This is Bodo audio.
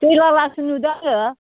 दैलालासो नुदों आङो